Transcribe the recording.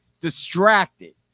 distracted